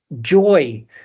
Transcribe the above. joy